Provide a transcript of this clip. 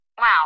Wow